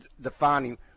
defining